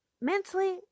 mentally